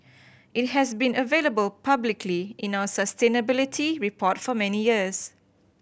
it has been available publicly in our sustainability report for many years